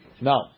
No